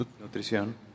Nutrición